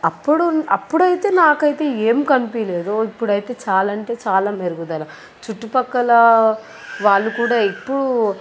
అప్పుడు అప్పుడైతే నాకు అయితే ఏం కనిపించలేదు ఇప్పుడు అయితే చాలా అంటే చాలా మెరుగుదల చుట్టు ప్రక్కల వాళ్ళు కూడా ఎప్పుడూ